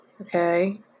okay